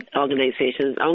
organizations